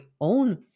own